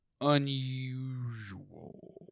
unusual